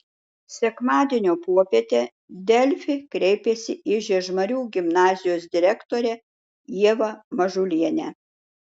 sekmadienio popietę delfi kreipėsi į žiežmarių gimnazijos direktorę ievą mažulienę